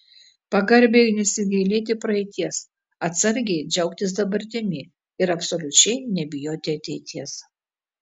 pagarbiai nesigailėti praeities atsargiai džiaugtis dabartimi ir absoliučiai nebijoti ateities